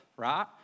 Right